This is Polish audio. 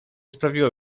sprawiło